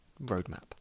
roadmap